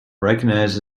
recognized